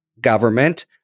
government